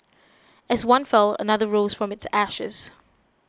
as one fell another rose from its ashes